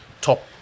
top